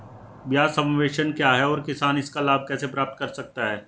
ब्याज सबवेंशन क्या है और किसान इसका लाभ कैसे प्राप्त कर सकता है?